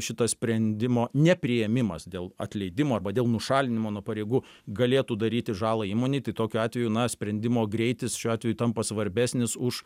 šito sprendimo nepriėmimas dėl atleidimo arba dėl nušalinimo nuo pareigų galėtų daryti žalą įmonei tai tokiu atveju na sprendimo greitis šiuo atveju tampa svarbesnis už